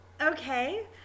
Okay